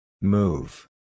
Move